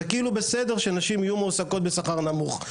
זה כאילו בסדר שנשים יהיו מועסקות בשכר נמוך.